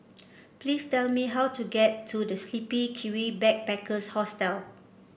please tell me how to get to The Sleepy Kiwi Backpackers Hostel